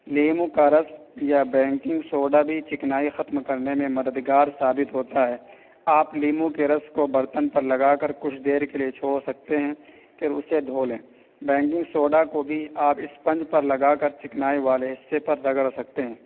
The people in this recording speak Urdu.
لیموں کا رس یا بینکنگ سوڈا بھی چکنائی ختم کرنے میں مددگار ثابت ہوتا ہے آپ لیموں کے رس کو برتن پر لگا کر کچھ دیر کے لیے چھوڑ سکتے ہیں پھر اسے دھو لیں بینکنگ سوڈا کو بھی آپ اسپنج پر لگا کر چکنائی والے حصے پر رگڑ سکتے ہیں